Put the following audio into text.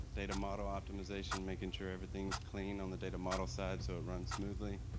data model optimization, making sure everything is clean on the data model side so it runs smoothly.